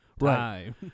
Right